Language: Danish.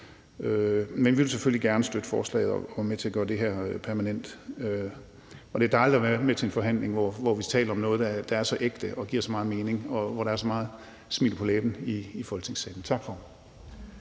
Men vi vil selvfølgelig gerne støtte forslaget og vil være med til at gøre det her permanent, og det er dejligt at være med til en forhandling, hvor vi taler om noget, der er så ægte og giver så meget mening, og hvor der er så meget smil på læben i Folketingssalen. Tak,